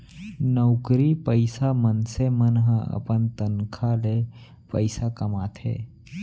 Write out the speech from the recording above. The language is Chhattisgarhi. नउकरी पइसा मनसे मन ह अपन तनखा ले पइसा कमाथे